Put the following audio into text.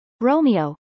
Romeo